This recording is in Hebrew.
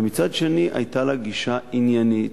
ומצד שני היתה לה גישה עניינית,